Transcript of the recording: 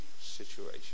situation